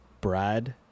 Brad